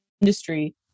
industry